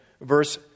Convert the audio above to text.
verse